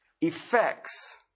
effects